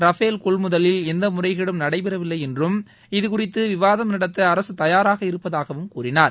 Rafale கொள்முதலில் எந்த முறைகேடும் நடைபெறவில்லை என்றும் இது குறித்து விவாதம் நடத்த அரசு தயாராக இருப்பதாகவும் கூறினார்